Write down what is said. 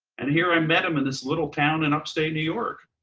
and here i met him in this little town in upstate new york.